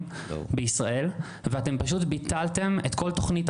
אז זו השאלה השנייה, האם יש מה לעשות בתחום.